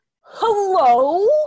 Hello